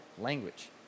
language